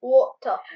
Water